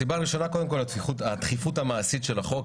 הסיבה ראשונה, קודם כול, הדחיפות המעשית של החוק.